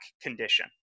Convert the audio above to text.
condition